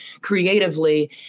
creatively